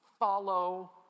Follow